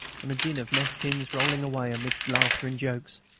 and a din of mess-tins rolling away amidst laughter and jokes.